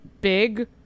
big